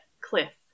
cliff